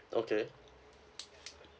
okay